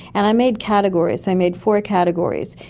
and i made categories, i made four categories,